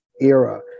era